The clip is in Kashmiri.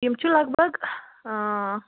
یِم چھِ لگ بگ